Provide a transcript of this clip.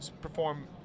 perform –